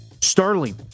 Sterling